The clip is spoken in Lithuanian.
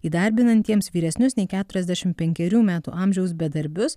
įdarbinantiems vyresnius nei keturiasdešimt penkerių metų amžiaus bedarbius